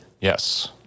Yes